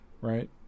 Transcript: right